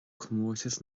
comórtas